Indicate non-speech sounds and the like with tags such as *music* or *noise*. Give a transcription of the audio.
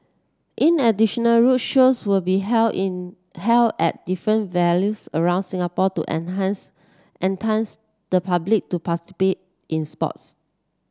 in additional roadshows will be held in held at different venues around Singapore to *unintelligible* entice the public to *unintelligible* in sports